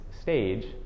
stage